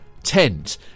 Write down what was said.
tent